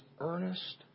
earnest